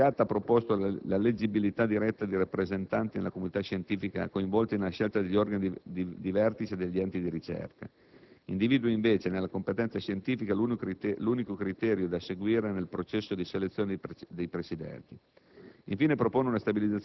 La senatrice Pellegatta ha proposto la leggibilità diretta dei rappresentanti della comunità scientifica, coinvolti nella scelta degli organi di vertice degli enti di ricerca. Individua, invece, nella competenza scientifica, l'unico criterio da seguire nel processo di selezione dei presidenti.